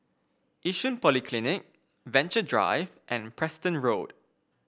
Yishun Polyclinic Venture Drive and Preston Road